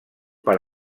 per